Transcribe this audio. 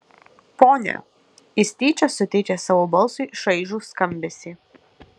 ponia jis tyčia suteikė savo balsui šaižų skambesį